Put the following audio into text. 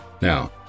Now